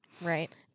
right